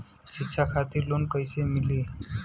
शिक्षा खातिर लोन कैसे मिली?